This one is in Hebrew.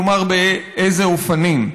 כלומר באיזה אופנים.